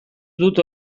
dut